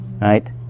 Right